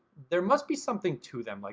there must be something to them. like